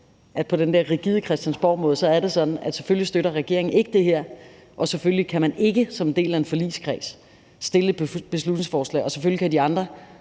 på den der rigide christiansborgmåde er det sådan, at selvfølgelig støtter regeringen ikke det her, og selvfølgelig kan man ikke som en del af en forligskreds fremsætte et beslutningsforslag, og selvfølgelig er det